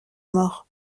mort